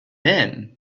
then